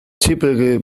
typically